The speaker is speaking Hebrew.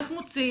איך מוציאים,